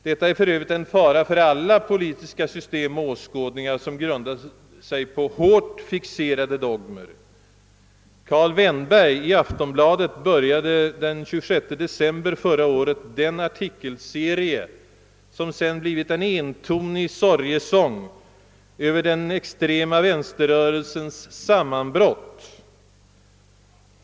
Detta är för övrigt en fara för alla politiska system och åskådningar, som grundar sig på hårt fixerade dogmer. Karl Vennberg i Aftonbladet började den 26 december förra året den artikelserie som sedan har blivit en entonig sorgesång över den extrema vänsterrörelsens sammanbrott.